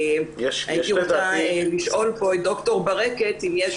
הייתי רוצה לשאול פה את ד"ר ברקת אם יש